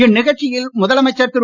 இந்நிகழ்ச்சியில் முதலமைச்சர் திரு